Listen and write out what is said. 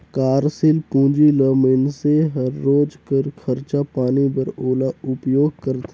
कारसील पूंजी ल मइनसे हर रोज कर खरचा पानी बर ओला उपयोग करथे